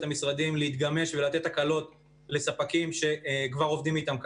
המשרדים להתגמש ולתת הקלות לספקים שכבר עובדים איתם כרגע.